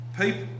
people